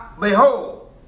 behold